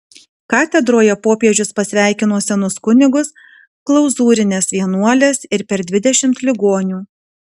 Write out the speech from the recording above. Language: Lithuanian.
katedroje popiežius pasveikino senus kunigus klauzūrines vienuoles ir per dvidešimt ligonių